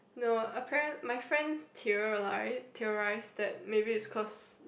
no apparen~ my friend theorili~ theorize that maybe is cause